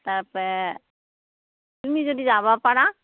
তাৰ পে তুমি যদি যাব পৰা